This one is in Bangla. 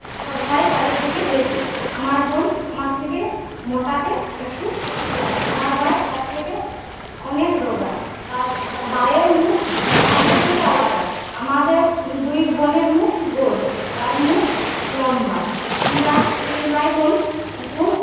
ফর্সায় তাঁদের থেকে বেশী আমার বোন আমার থেকে মোটাতে একটু কম আমার ভাই তার থেকে অনেক রোগা তার ভাইয়ের মুখ আমাদের থেকে আলাদা আমাদের দুই বোনের মুখ গোল তার মুখ লম্বা আমরা তিন ভাইবোন খুব